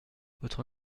votre